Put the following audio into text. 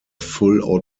fire